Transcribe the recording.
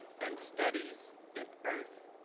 and studies in earth